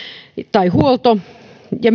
tai huolto ja